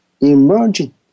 emerging